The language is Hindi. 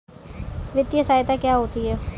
वित्तीय सहायता क्या होती है?